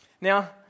Now